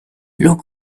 look